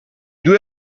due